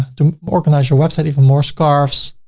to organize your website even more scarfs.